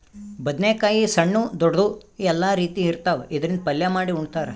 ಬದ್ನೇಕಾಯಿ ಸಣ್ಣು ದೊಡ್ದು ಎಲ್ಲಾ ರೀತಿ ಇರ್ತಾವ್, ಇದ್ರಿಂದ್ ಪಲ್ಯ ಮಾಡಿ ಉಣ್ತಾರ್